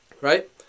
Right